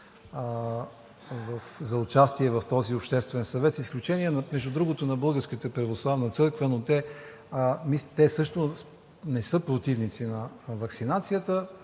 за участие в този обществен съвет, с изключение, между другото, на Българската православна църква, но те също не са противници на ваксинацията,